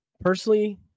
personally